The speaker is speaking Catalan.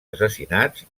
assassinats